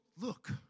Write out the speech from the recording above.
look